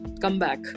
comeback